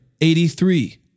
eighty-three